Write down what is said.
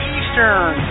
Eastern